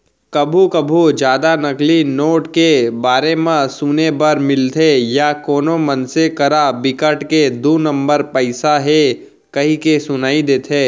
कभू कभू जादा नकली नोट के बारे म सुने बर मिलथे या कोनो मनसे करा बिकट के दू नंबर पइसा हे कहिके सुनई देथे